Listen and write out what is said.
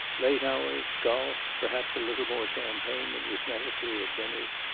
late hours, golf, perhaps a little more champagne than was necessary at dinners,